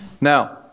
Now